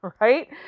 right